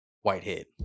Whitehead